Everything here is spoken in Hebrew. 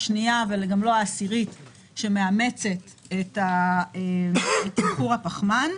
גם לא השנייה וגם לא העשירית שמאמצת את תמחור הפחמן,